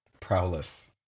Prowless